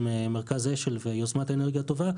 עם מרכז השל ויוזמת אנרגיה טובה,